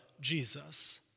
Jesus